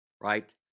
right